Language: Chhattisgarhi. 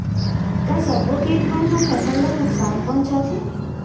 का सब्बो किट मन ह फसल ला नुकसान पहुंचाथे?